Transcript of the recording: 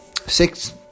six